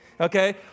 Okay